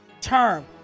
term